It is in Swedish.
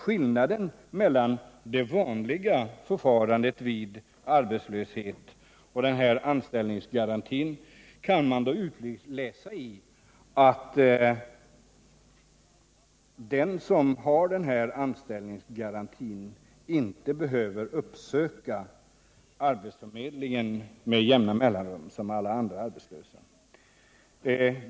Skillnaden mellan det vanliga förfarandet vid arbetslöshet och den här anställningsgarantin kan man då finna i att den som har anställningsgaranti inte behöver uppsöka arbetsförmedlingen med jämna mellanrum som alla andra arbetslösa.